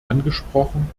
angesprochen